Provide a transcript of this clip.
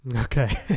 Okay